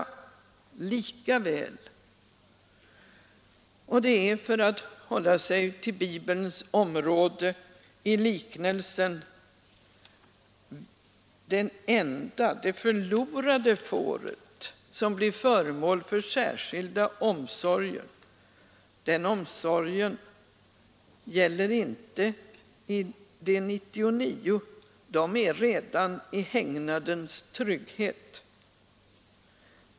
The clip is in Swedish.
Och det är — för att hålla sig till Bibelns område — i liknelsen om det förloradé fåret det enda, det vilsekomna som blir föremål för särskilda omsorger. Den omsorgen gäller inte de 99, de är redan i hägnadens trygghet.